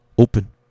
open